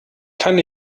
kann